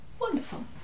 Wonderful